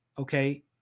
Okay